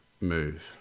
move